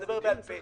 תדבר על פה.